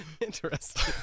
Interesting